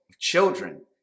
Children